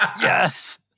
Yes